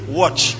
watch